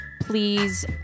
please